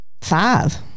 five